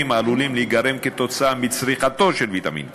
העלולים להיגרם כתוצאה מצריכתו של ויטמין K,